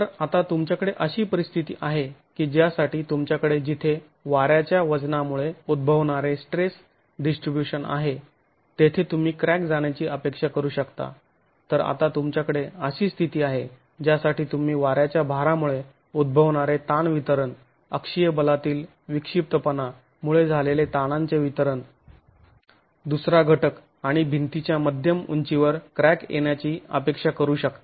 तर आता तुमच्याकडे अशी परिस्थिती आहे की ज्यासाठी तुमच्याकडे जिथे वाऱ्याच्या वजनामुळे उद्भवणारे स्ट्रेस डिस्ट्रीब्यूशन आहे तेथे तुम्ही क्रॅक जाण्याची अपेक्षा करू शकता तर आता तुमच्याकडे अशी स्थिती आहे ज्यासाठी तुम्ही वाऱ्याच्या भारामुळे उद्भवणारे तान वितरण अक्षीय बलातील विक्षिप्तपणा मुळे झालेले तानांचे वितरण दुसरा घटक आणि भिंतीच्या मध्यम उंचीवर क्रॅक येण्याची अपेक्षा करू शकता